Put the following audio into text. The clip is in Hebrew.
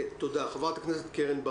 אנחנו צריכים מספרים נכונים ואמיתיים,